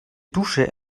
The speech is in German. dusche